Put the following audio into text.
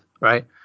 right